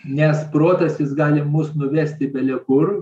nes protas jis gali mus nuvesti bele kur